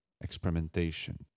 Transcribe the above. experimentation